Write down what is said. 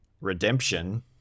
Redemption